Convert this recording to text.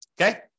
Okay